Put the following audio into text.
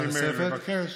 שרוצים לבקש,